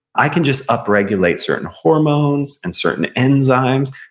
i can just up-regulate certain hormones, and certain enzymes,